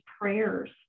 prayers